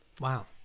Wow